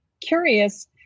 curious